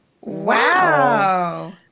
Wow